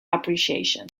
appreciation